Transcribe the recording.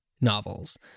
novels